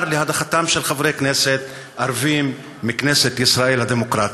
להדחתם של חברי כנסת ערבים מכנסת ישראל הדמוקרטית?